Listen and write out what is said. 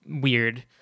weird